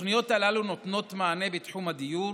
התוכניות הללו נותנות מענה בתחום הדיור,